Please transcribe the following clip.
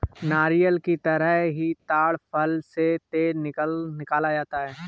नारियल की तरह ही ताङ फल से तेल निकाला जाता है